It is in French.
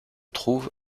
trouve